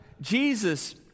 Jesus